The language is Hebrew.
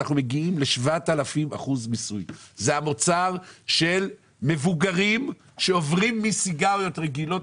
כשאתה מגיע ל-7,000% מיסוי אתה מזמין שוק שחור או ייצור בבית,